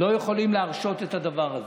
לא יכולים להרשות את הדבר הזה.